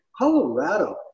colorado